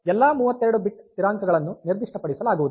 ಆದ್ದರಿಂದ ಎಲ್ಲಾ 32 ಬಿಟ್ ಸ್ಥಿರಾಂಕಗಳನ್ನು ನಿರ್ದಿಷ್ಟಪಡಿಸಲಾಗುವುದಿಲ್ಲ